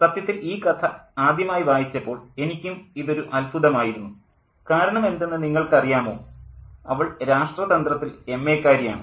സത്യത്തിൽ ഈ കഥ ആദ്യമായി വായിച്ചപ്പോൾ എനിക്കും ഇതൊരു അത്ഭുതമായിരുന്നു കാരണം എന്തെന്ന് നിങ്ങൾക്കറിയാമോ അവൾ രാഷ്ട്രതന്ത്രത്തിൽ എംഎ ക്കാരി ആണ്